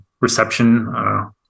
reception